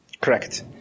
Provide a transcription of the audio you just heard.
Correct